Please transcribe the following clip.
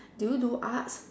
do you do Arts